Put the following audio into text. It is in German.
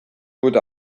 wurde